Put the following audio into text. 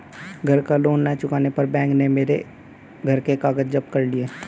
घर का लोन ना चुकाने पर बैंक ने मेरे घर के कागज जप्त कर लिए